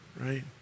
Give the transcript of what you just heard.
right